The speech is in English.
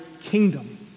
kingdom